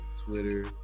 Twitter